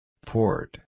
Port